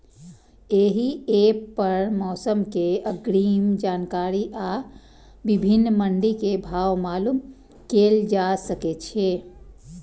एहि एप पर मौसम के अग्रिम जानकारी आ विभिन्न मंडी के भाव मालूम कैल जा सकै छै